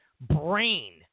brain